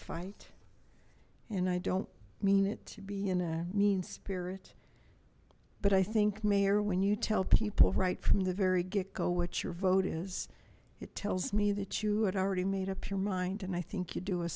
fight and i don't mean it to be in a mean spirit but i think mayor when you tell people right from the very getgo what your vote is it tells me that you had already made up your mind and i think you do a